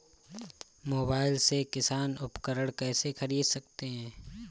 Mobile से किसान उपकरण कैसे ख़रीद सकते है?